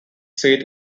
seat